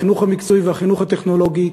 החינוך המקצועי והחינוך הטכנולוגי.